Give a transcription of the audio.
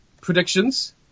predictions